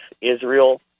Israel